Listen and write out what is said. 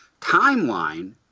Timeline